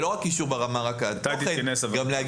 גם להגיד מה תהיה רמת אבטחת המידע,